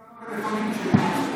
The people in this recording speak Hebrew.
כמה טלפונים כשרים יש היום?